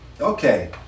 Okay